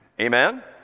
Amen